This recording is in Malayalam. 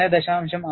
ഇത് 1